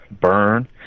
burn